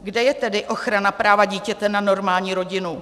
Kde je tedy ochrana práva dítěte na normální rodinu?